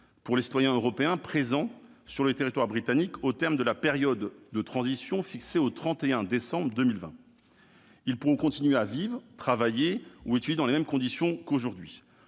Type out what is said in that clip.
pour les citoyens européens présents sur le territoire britannique au terme de la période de transition fixée au 31 décembre 2020. Ils pourront continuer à vivre, travailler ou étudier dans les mêmes conditions qu'actuellement.